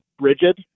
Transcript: rigid